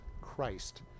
Christ